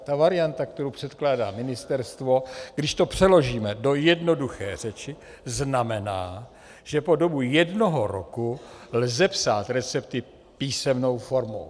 Ta varianta, kterou předkládá Ministerstvo, když to přeložíme do jednoduché řeči, znamená, že po dobu jednoho roku lze psát recepty písemnou formou.